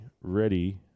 ready